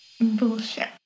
Bullshit